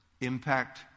impact